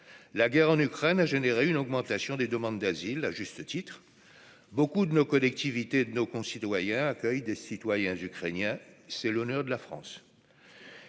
la guerre en Ukraine a généré une augmentation des demandes d'asile à juste titre, beaucoup de nos collectivités de nos concitoyens, accueil des citoyens ukrainiens, c'est l'honneur de la France.